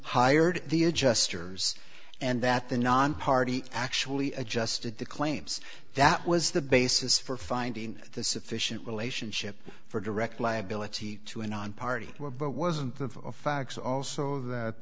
hired the adjusters and that the nonparty actually adjusted the claims that was the basis for finding the sufficient relationship for direct liability to an on party were but wasn't of facts also